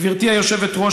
גברתי היושבת-ראש,